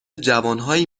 جوانهایی